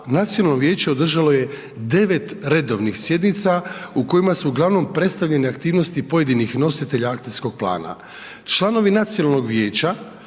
nacionalno vijeće održalo je 9 redovnih sjednica u kojima su uglavnom predstavljene aktivnosti pojedinih nositelja akcijskog plana. Članovi nacionalnog vijeća